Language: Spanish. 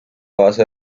base